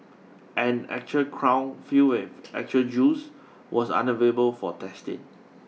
an actual crown filled with actual jewels was unavailable for testing